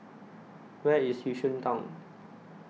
Where IS Yishun Town